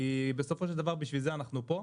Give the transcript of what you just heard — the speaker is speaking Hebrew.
כי בסופו של דבר בשביל זה אנחנו פה.